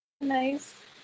nice